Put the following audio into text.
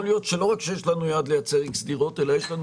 יכול להיות שלא רק שיש לנו יעד לייצר דירות אלא יש לנו